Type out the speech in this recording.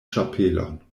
ĉapelon